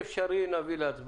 אם יהיה אפשרי, נביא להצבעה.